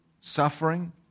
suffering